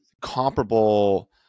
comparable